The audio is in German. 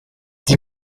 die